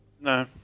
No